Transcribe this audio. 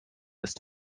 ist